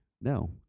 No